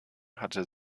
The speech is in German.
hatte